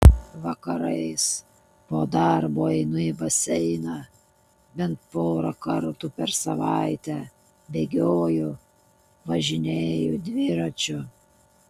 vakarais po darbo einu į baseiną bent porą kartų per savaitę bėgioju važinėju dviračiu